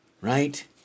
right